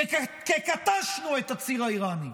כי כתשנו את הציר האיראני.